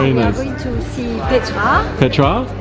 to see petra. ah petra?